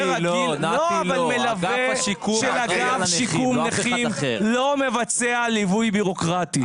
אגף שיקום נכים לא מבצע ליווי בירוקרטי.